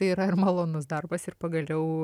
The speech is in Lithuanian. tai yra ir malonus darbas ir pagaliau